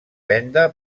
venda